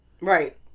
right